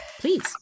Please